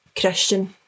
Christian